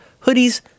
hoodies